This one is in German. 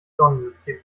sonnensystem